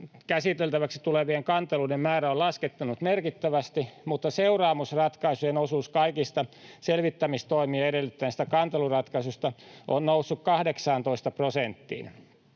käsiteltäväksi tulevien kanteluiden määrä on laskenut merkittävästi, mutta seuraamusratkaisujen osuus kaikista selvittämistoimia edellyttävistä kanteluratkaisuista on noussut 18 prosenttiin.